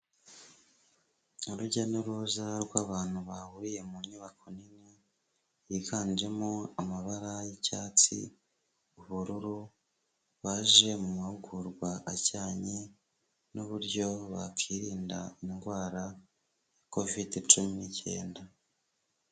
Urujya n'uruza rw'abantu bahuriye mu nyubako nini, yiganjemo amabara y'icyatsi, ubururu, baje mu mahugurwa ajyanye n'uburyo bakirinda indwara ya kovidi cumi n'icyenda,